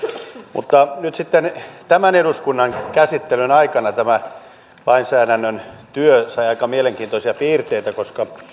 mutta nyt sitten tämän eduskunnan käsittelyn aikana tämä lainsäädännön työ sai aika mielenkiintoisia piirteitä koska